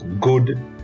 good